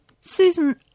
Susan